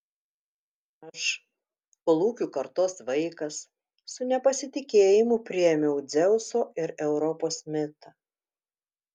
aš kolūkių kartos vaikas su nepasitikėjimu priėmiau dzeuso ir europos mitą